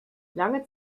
lange